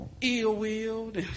ill-willed